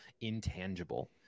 intangible